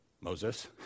Moses